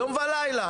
יום ולילה.